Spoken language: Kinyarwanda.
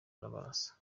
arabarasa